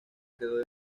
quedó